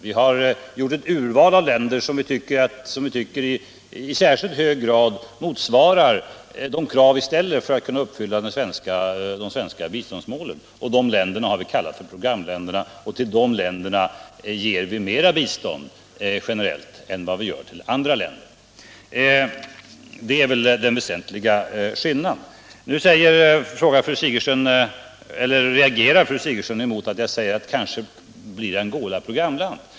Vi har gjort ett urval av länder som vi tycker i särskilt hög grad uppfyller de krav vi ställer för att nå biståndsmålen. Dessa länder har vi kallat för programländer, och dem ger vi generellt mer bistånd än andra länder. Det är den väsentliga skillnaden. Nu reagerar fru Sigurdsen mot att jag säger att Angola kanske blir ett programland.